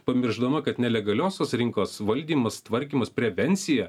pamiršdama kad nelegaliosios rinkos valdymas tvarkymas prevencija